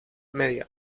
media